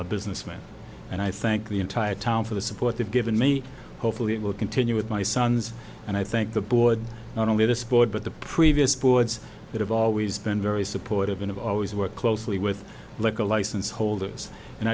a business man and i thank the entire town for the support they've given me hopefully it will continue with my sons and i thank the board not only this board but the previous boards that have always been very supportive and of always work closely with local license holders and